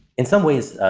in some ways,